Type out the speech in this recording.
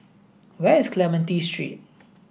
where is Clementi Street